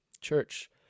church